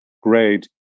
grade